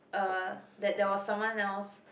uh that there was someone else